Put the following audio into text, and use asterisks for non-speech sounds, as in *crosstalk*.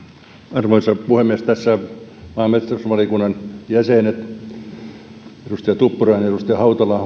arvoisa puhemies tässä maa ja metsätalousvaliokunnan jäsenet edustaja tuppurainen ja edustaja hautala *unintelligible*